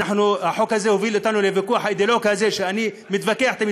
החוק הזה הוביל אותנו לוויכוח אידיאולוגי כזה שאני מתווכח תמיד,